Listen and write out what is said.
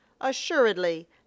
Assuredly